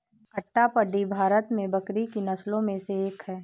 अट्टापडी भारत में बकरी की नस्लों में से एक है